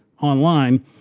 online